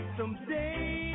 someday